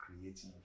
creative